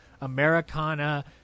Americana